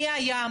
מי היה,